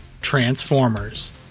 Transformers